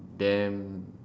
damned